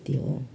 त्यति हो